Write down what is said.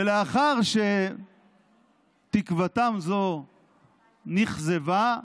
ולאחר שתקוותם זו נכזבה,